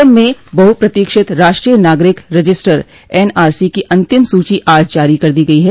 असम में बहुप्रतीक्षित राष्ट्रीय नागरिक रजिस्टर एनआरसी की अंतिम सूची आज जारी कर दी गई है